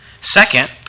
Second